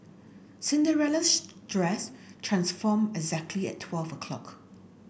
cinderella's dress transformed exactly at twelve o' clock